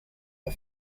the